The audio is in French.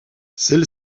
celle